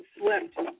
slept